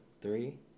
Three